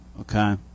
okay